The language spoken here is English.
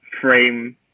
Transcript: frame